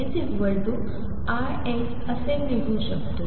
असे लिहू शकतो